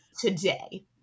today